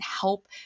help